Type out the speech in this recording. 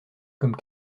comme